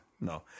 no